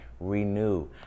renew